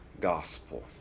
gospel